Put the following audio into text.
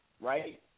right